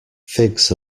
figs